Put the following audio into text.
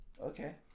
Okay